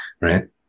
right